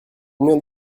combien